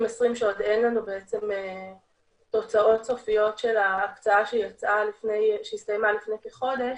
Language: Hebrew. שעוד אין לנו תוצאות סופיות של ההקצאה שהסתיימה לפני כחודש,